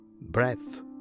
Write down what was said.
breath